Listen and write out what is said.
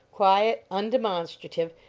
quiet, undemonstrative,